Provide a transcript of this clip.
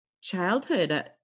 childhood